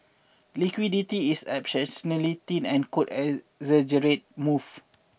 liquidity is exceptionally thin and could exaggerate moves